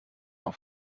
auf